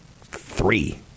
three